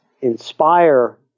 inspire